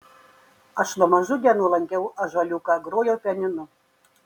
aš nuo mažų dienų lankiau ąžuoliuką grojau pianinu